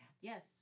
Yes